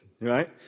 Right